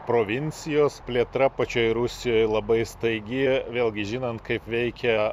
provincijos plėtra pačioje rusijoje labai staigi vėlgi žinant kaip veikia